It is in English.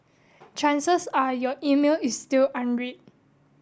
chances are your email is still unread